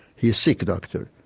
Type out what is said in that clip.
he is sick doctor,